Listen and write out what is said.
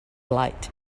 light